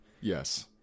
Yes